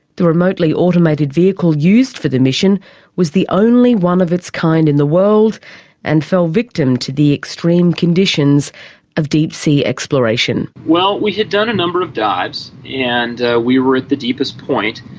the remotely automated vehicle used for the mission was the only one of its kind in the world and fell victim to the extreme conditions of deep sea exploration. well, we had done a number of dives, and we were at the deepest point,